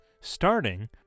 Starting